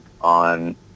on